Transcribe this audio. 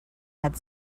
had